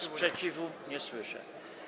Sprzeciwu nie słyszę.